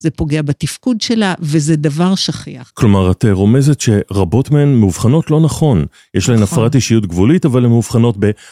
זה פוגע בתפקוד שלה, וזה דבר שכיח. כלומר, את רומזת שרבות מהן מאובחנות לא נכון. יש להן הפרעת אישיות גבולית, אבל הן מאובחנות ב...